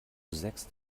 sägst